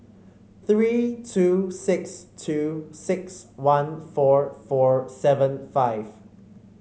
three two six two six one four four seven five